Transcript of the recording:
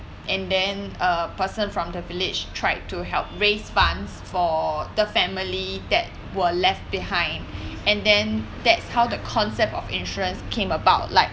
and then a person from the village tried to help raise funds for the family that were left behind and then that's how the concept of insurance came about like